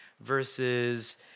versus